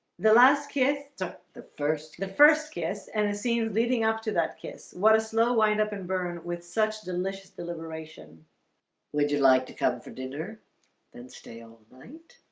the last kiss the first the first kiss and the scenes leading up to that kiss what a slow wind up and burn with such delicious deliberation would you like to come for dinner then stay all night